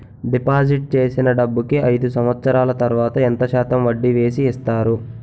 Deposit చేసిన డబ్బుకి అయిదు సంవత్సరాల తర్వాత ఎంత శాతం వడ్డీ వేసి ఇస్తారు?